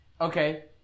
Okay